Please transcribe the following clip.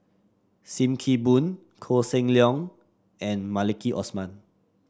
Sim Kee Boon Koh Seng Leong and Maliki Osman